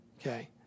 okay